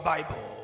Bible